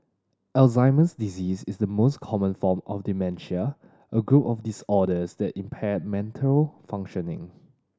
Alzheimer's disease is the most common form of dementia a group of disorders that impair mental functioning